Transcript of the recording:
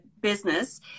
business